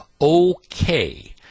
Okay